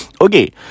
Okay